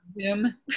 Zoom